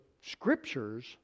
Scriptures